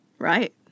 Right